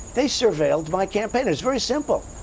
they surveilled my campaign! it's very simple!